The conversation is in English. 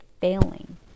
failing